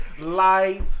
light